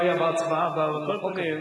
אני לא חושב שיש בעיה בהצבעה בחוק הזה.